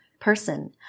person